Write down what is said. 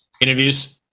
interviews